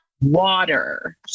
water